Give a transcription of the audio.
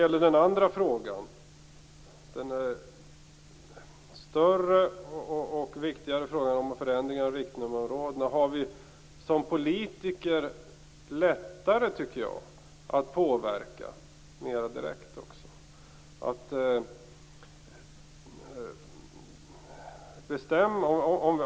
I den andra frågan, den större och viktigare frågan om förändringar av riktnummerområdena, tycker jag att vi som politiker har lättare att påverka mera direkt.